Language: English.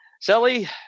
Sally